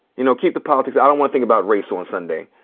you know, keep the politics. i didn't wanna think about race on sunday.